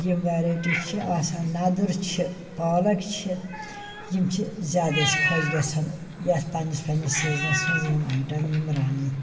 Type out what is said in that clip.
یِم ویرَیٹی چھِ آسان نَدُر چھِ پالَک چھِ یِم چھِ زیادٕ اَسہِ خۄش گژھان یَتھ پَنٕنِس پَنٕنِس سیٖزنَس منٛز یِم آیٹَم یِم رَنٕنۍ